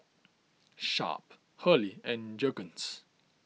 Sharp Hurley and Jergens